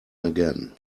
again